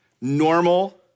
Normal